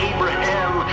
Abraham